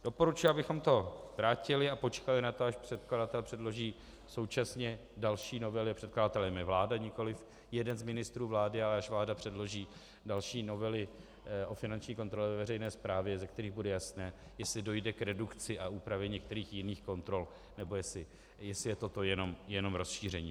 Doporučuji, abychom to vrátili a počkali na to, až předkladatel předloží současně další novely, předkladatelem je vláda, nikoliv jeden z ministrů vlády, ale až vláda předloží další novely o finanční kontrole ve veřejné správě, ze které bude jasné, jestli dojde k redukci a úpravě některých jiných kontrol, nebo jestli je toto jenom rozšíření.